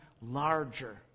larger